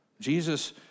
Jesus